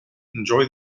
enjoy